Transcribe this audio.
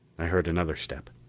i heard another step.